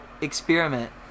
experiment